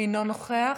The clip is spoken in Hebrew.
אינו נוכח,